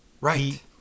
Right